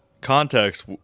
context